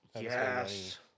Yes